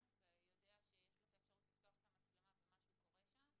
והוא יודע שיש לו את האפשרות לפתוח את המצלמה ומשהו קורה שם,